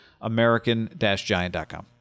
American-Giant.com